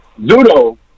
Zudo